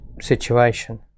situation